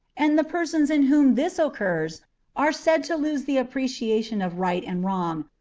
and the persons in whom this occurs are said to lose the appreciation of right and wrong,